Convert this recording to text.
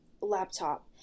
laptop